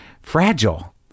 fragile